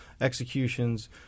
executions